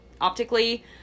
optically